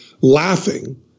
laughing